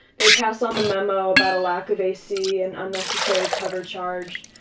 they passed on the memo about a lack of a c and unnecessary cover charge,